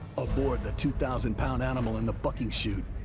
aboard the two thousand pound animal in the bucking chute,